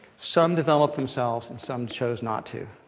some develop themselves and some chose not to,